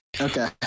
Okay